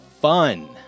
fun